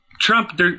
Trump